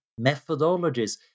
methodologies